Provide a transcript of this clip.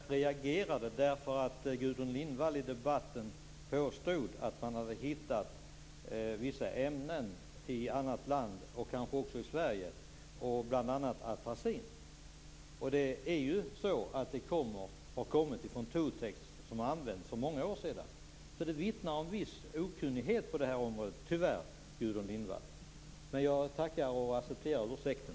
Herr talman! Jag reagerade därför att Gudrun Lindvall i debatten påstod att man i ett annat land, och kanske också i Sverige, hade hittat vissa ämnen, bl.a. atracin. Detta kommer ju från Totex som använts för många år sedan. Det Gudrun Lindvall säger vittnar alltså tyvärr om viss okunnighet på det här området. Men jag tackar och accepterar ursäkten.